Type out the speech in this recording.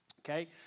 Okay